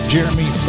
Jeremy